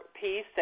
piece